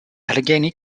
allegheny